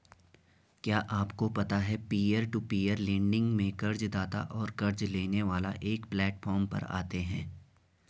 क्या आपको पता है पीयर टू पीयर लेंडिंग में कर्ज़दाता और क़र्ज़ लेने वाला एक प्लैटफॉर्म पर आते है?